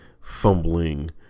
fumbling